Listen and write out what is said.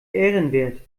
ehrenwert